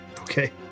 Okay